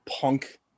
punk